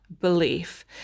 belief